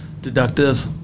Deductive